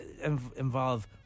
involve